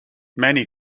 many